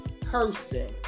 person